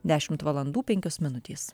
dešimt valandų penkios minutės